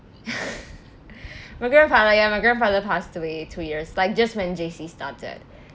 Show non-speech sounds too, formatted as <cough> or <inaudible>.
<laughs> my grandfather ya my grandfather passed away two years like just when J_C started